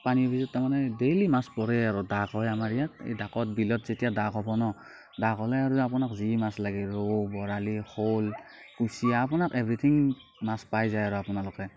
পানী তাৰমানে ডেইলি মাছ পৰেই আৰু ডাক হয় আমাৰ ইয়াত এই ডাকত বিলত যেতিয়া ডাক হ'ব ন ডাক হ'লে আৰু আপোনাক যি মাছ লাগে ৰৌ বৰালি শ'ল কুছিয়া আপোনাক এভ্ৰিঠিং মাছ পাই যায় আৰু আপোনালোকে